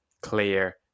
clear